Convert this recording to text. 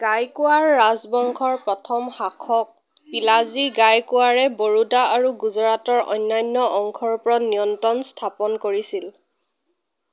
গাইকোৱাড় ৰাজবংশৰ প্ৰথম শাসক পিলাজী গাইকোৱাড়ে বৰোদা আৰু গুজৰাটৰ অন্যান্য অংশৰ ওপৰত নিয়ন্ত্ৰণ স্থাপন কৰিছিল